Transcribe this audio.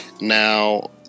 now